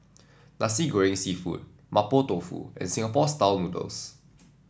Nasi Goreng seafood Mapo Tofu and Singapore style noodles